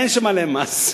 אין שם עליהם מס.